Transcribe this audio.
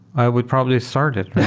i would probably started.